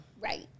Right